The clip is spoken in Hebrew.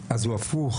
אז הוא הפוך,